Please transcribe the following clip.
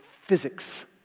physics